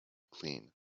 clean